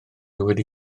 wedi